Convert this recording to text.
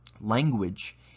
language